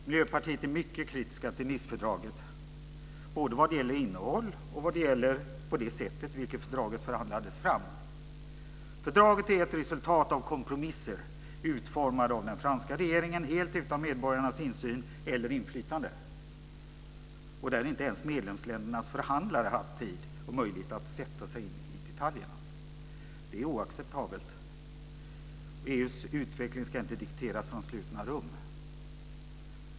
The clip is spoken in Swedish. Miljöpartiet är mycket kritiskt till Nicefördraget både vad det gäller innehåll och det sätt på vilket fördraget förhandlades fram. Fördraget är ett resultat av kompromisser utformade av den franska regeringen helt utan medborgarnas insyn eller inflytande. Inte ens medlemsländernas förhandlare har haft tid eller möjlighet att sätta sig in i detaljerna. Det är oacceptabelt. EU:s utveckling ska inte dikteras från slutna rum.